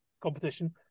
competition